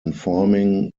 informing